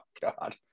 God